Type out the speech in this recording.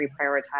reprioritize